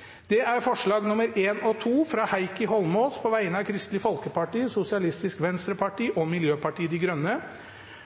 alt 27 forslag. Det er forslagene nr. 1 og 2, fra Heikki Eidsvoll Holmås på vegne av Kristelig Folkeparti, Sosialistisk Venstreparti og Miljøpartiet De Grønne